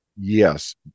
Yes